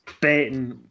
baiting